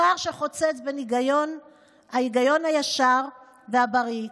פער שחוצץ בין ההיגיון הישר והבריא,